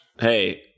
Hey